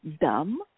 dumb